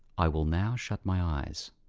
i will now shut my eyes,